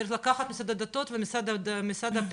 צריך לקחת את הדתות ומשרד הפנים,